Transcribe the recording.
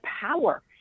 power